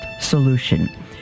solution